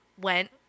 went